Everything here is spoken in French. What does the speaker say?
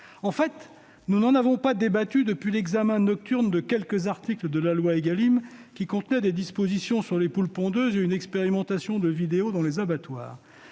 En fait, nous n'en avons pas débattu depuis l'examen nocturne de quelques articles de la loi Égalim, qui contenaient des dispositions sur les poules pondeuses et une expérimentation de captation vidéo dans les abattoirs.